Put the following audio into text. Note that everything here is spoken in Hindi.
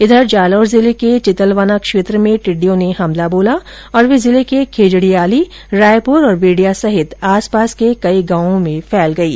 इधर जालौर जिले के चितलवाना क्षेत्र में टिड़िडयों ने हमला बोला और वे जिले के खेजड़ियाली रायपुर वेडिया सहित आसपास के कई गांवों में फैल गयी